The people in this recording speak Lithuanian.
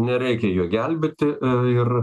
nereikia jo gelbėti ir